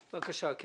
בבקשה.